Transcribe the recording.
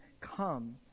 come